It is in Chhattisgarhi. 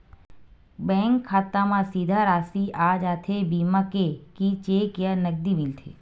बैंक खाता मा सीधा राशि आ जाथे बीमा के कि चेक या नकदी मिलथे?